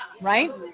Right